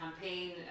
campaign